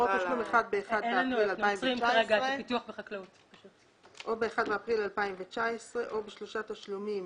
או תשלום אחד ב-1 באפריל 2019 או בשלושה תשלומים